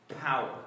power